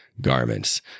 garments